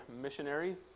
missionaries